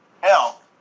Hell